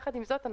יחד עם זאת,